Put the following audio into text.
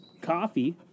coffee